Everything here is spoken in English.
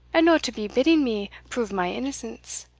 and no to be bidding me prove my innocence.